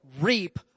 reap